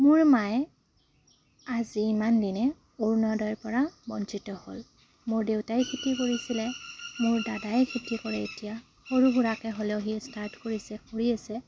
মোৰ মায়ে আজি ইমান দিনে অৰুণোদয়ৰ পৰা বঞ্চিত হ'ল মোৰ দেউতাই খেতি কৰিছিলে মোৰ দাদাই খেতি কৰে এতিয়া সৰু সুৰাকে হ'লেও সি ষ্টাৰ্ট কৰিছে কৰি আছে